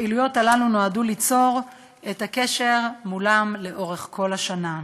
הפעילויות האלה נועדו ליצור אתם לאורך כל השנה.